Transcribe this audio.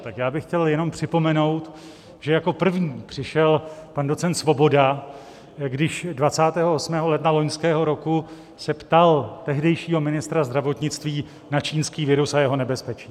Tak já bych chtěl jenom připomenout, že jako první přišel pan docent Svoboda, když 28. ledna loňského roku se ptal tehdejšího ministra zdravotnictví na čínský virus a jeho nebezpečí.